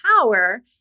power